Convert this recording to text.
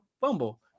fumble